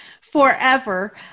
forever